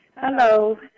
Hello